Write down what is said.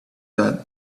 that